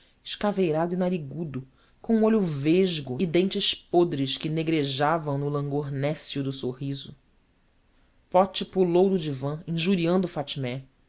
escaveirado e narigudo com um olho vesgo e dentes podres que negrejavam no langor néscio do sorriso pote pulou do divã injuriando fatmé